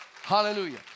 Hallelujah